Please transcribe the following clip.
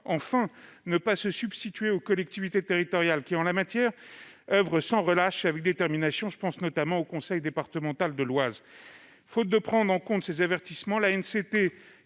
enfin ne pas se substituer aux collectivités territoriales, qui, en la matière, oeuvrent sans relâche et avec détermination ; je pense, notamment au conseil départemental de l'Oise. Faute de prendre en compte ces avertissements, l'ANCT